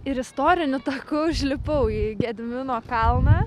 ir istoriniu taku užlipau į gedimino kalną